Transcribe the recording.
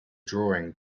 drawing